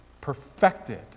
perfected